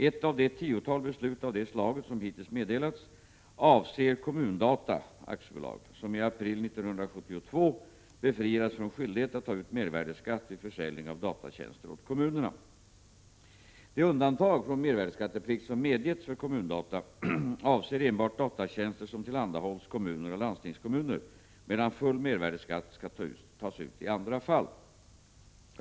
Ett av det tiotal beslut av detta slag som hittills meddelats avser Kommun-Data AB, som i april 1972 befriades från skyldighet att ta ut mervärdeskatt vid försäljning av datatjänster åt kommunerna. Det undantag från mervärdeskatteplikt som medgetts för Kommun-Data AB avser enbart datatjänster som tillhandahålls kommuner och landstingskommuner, medan full mervärdeskatt skall tas ut i andra fall.